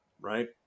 right